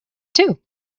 too